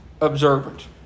observant